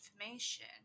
information